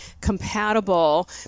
compatible